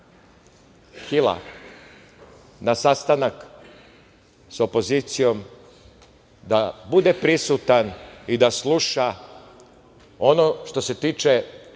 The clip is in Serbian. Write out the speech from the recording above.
Hila na sastanak sa opozicijom da bude prisutan i da sluša ono što se tiče